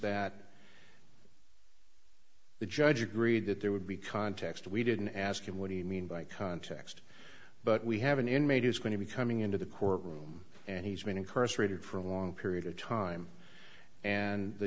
that the judge agreed that there would be context we didn't ask you what do you mean by context but we have an inmate is going to be coming into the court room and he's been incarcerated for a long period of time and the